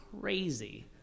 crazy